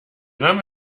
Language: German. name